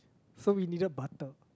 so we needed butter